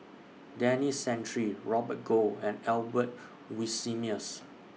Denis Santry Robert Goh and Albert Winsemius